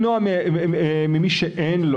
ממי שאין לו,